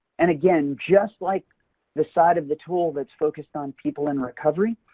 and again just like the side of the tool that's focused on people in recovery,